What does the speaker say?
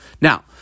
Now